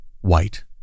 white